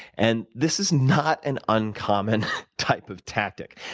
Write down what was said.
and this is not an uncommon type of tactic.